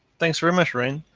thanks very much raine.